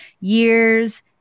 years